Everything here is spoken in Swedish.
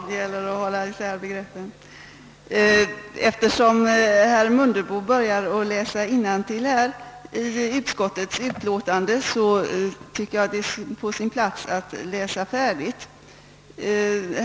Herr talman! Eftersom herr Mundebo började med att läsa innantill i utskottsutlåtandet tycker jag att det är på sin plats att även läsa färdigt.